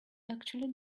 actually